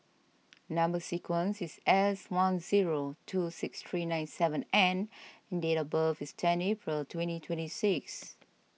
Number Sequence is S one zero two six three nine seven N and date of birth is tenth April twenty twenty six